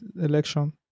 election